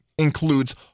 includes